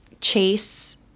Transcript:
Chase